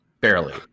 Barely